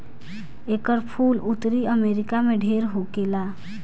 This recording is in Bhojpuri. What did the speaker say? एकर फूल उत्तरी अमेरिका में ढेर होखेला